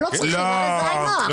הם לא צריכים, הרי זה היינו הך.